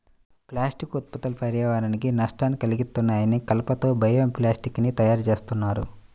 plastic ఉత్పత్తులు పర్యావరణానికి నష్టాన్ని కల్గిత్తన్నాయి, కలప తో బయో ప్లాస్టిక్ ని తయ్యారుజేత్తన్నారు